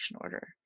order